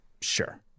Sure